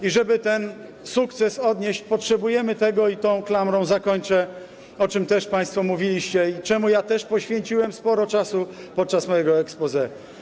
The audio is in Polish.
I żeby ten sukces odnieść, potrzebujemy tego, i tą klamrą zakończę, o czym też państwo mówiliście, i czemu ja też poświęciłem sporo czasu podczas mojego exposé.